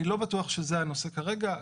אני לא בטוח שזה הנושא כרגע.